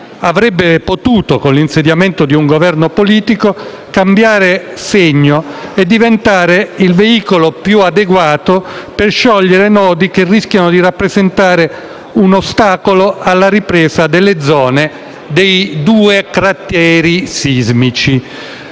avrebbe potuto, con l'insediamento di un Governo politico, cambiare segno e diventare il veicolo più adeguato per sciogliere nodi che rischiano di rappresentare un ostacolo alla ripresa delle zone dei due crateri sismici.